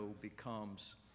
becomes